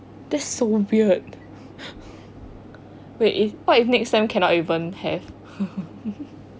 that's so weird wait if what if next time cannot even have